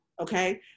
okay